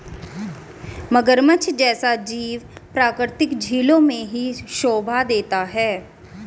मगरमच्छ जैसा जीव प्राकृतिक झीलों में ही शोभा देता है